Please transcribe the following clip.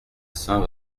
saint